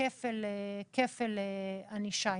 לכפל ענישה.